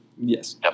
yes